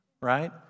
right